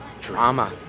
Drama